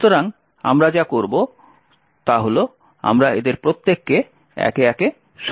সুতরাং আমরা যা করব তা হল আমরা এদের প্রত্যেককে একে একে সক্রিয় করব